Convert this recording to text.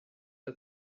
der